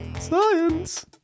science